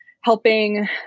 helping